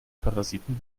parasiten